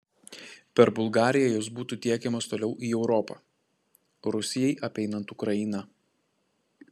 per bulgariją jos būtų tiekiamos toliau į europą rusijai apeinant ukrainą